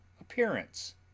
appearance